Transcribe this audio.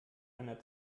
einer